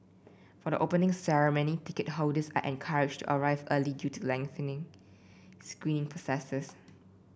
for the Opening Ceremony ticket holders are encouraged to arrive early to lengthy screening processes